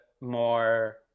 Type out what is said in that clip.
more